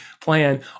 plan